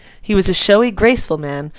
he was a showy, graceful man,